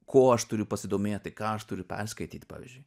kuo aš turiu pasidomėti ką aš turiu perskaityt pavyzdžiui